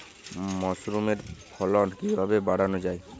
মাসরুমের ফলন কিভাবে বাড়ানো যায়?